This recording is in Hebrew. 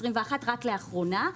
רק לאחרונה.